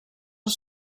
els